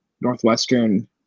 Northwestern